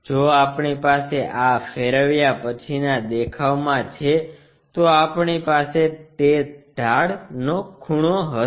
જો આપણી પાસે આ ફેરવ્યા પછીના દેખાવમાં છે તો આપણી પાસે તે ઢાળ નો ખૂણો હશે